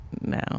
No